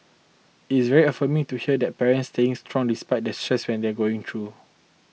it is very affirming to hear that parents staying strong despite the stress when they are going through